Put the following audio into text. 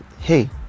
hey